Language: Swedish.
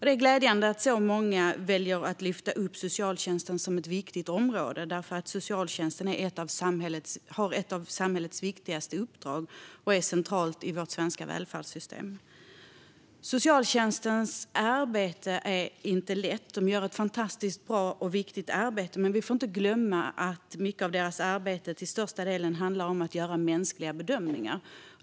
Det är glädjande att så många väljer att ta upp socialtjänsten som ett viktigt område, för socialtjänsten har ett av samhällets viktigaste uppdrag och är central i vårt svenska välfärdssystem. Socialtjänstens arbete är inte lätt. Man gör ett fantastiskt bra och viktigt arbete, men vi får inte glömma att det till största delen handlar om att göra mänskliga bedömningar.